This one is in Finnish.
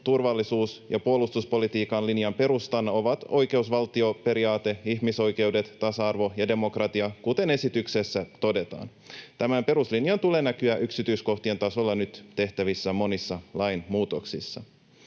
turvallisuus- ja puolustuspolitiikan linjan perustana ovat oikeusvaltioperiaate, ihmisoikeudet, tasa-arvo ja demokratia, kuten esityksessä todetaan. Tämän peruslinjan tulee näkyä yksityiskohtien tasolla nyt tehtävissä monissa lainmuutoksissa.